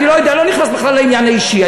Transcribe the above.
אני לא יודע, לא נכנס בכלל לעניין האישי.